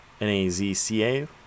N-A-Z-C-A